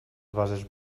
bases